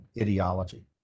ideology